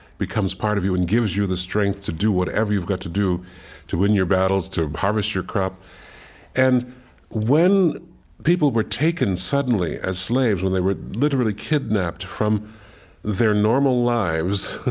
becomes part of you, and gives you the strength to do whatever you've got to do to win your battles, to harvest your crop and when people were taken suddenly as slaves, when they were literally kidnapped from their normal lives,